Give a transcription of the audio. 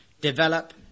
develop